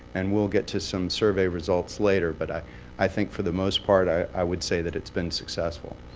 and we'll get to some survey results later. but i i think for the most part, i i would say that it's been successful.